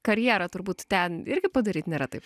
karjerą turbūt ten irgi padaryt nėra taip